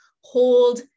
hold